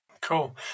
Cool